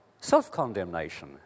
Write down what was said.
self-condemnation